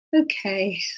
okay